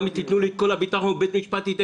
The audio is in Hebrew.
גם אם תתנו לי את כל הביטחון בית משפט ייתן